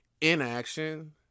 inaction